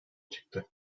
çıktı